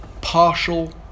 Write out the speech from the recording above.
partial